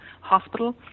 hospital